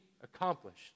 accomplished